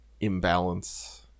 imbalance